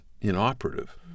inoperative